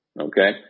Okay